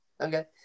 Okay